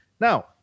Now